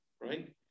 Right